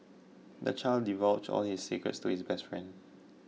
the child divulged all his secrets to his best friend